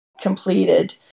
completed